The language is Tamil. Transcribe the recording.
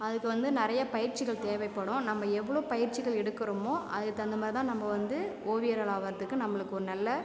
அதுக்கு வந்து நிறைய பயிற்சிகள் தேவைப்படும் நம்ப எவ்வளோ பயிற்சிகள் எடுக்குறமோ அதுக்கு தகுந்த மாதிரி தான் நம்ப வந்து ஓவியர்களாக ஆகுறதுக்கு நம்மளுக்கு ஒரு நல்ல